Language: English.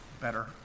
better